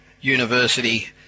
University